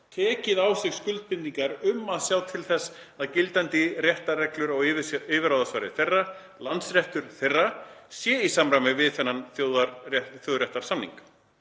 tekið á sig skuldbindingar um að sjá til þess að gildandi réttarreglur á yfirráðasvæði þeirra, landsréttur þeirra, sé í samræmi við þennan þjóðréttarsamning.